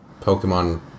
Pokemon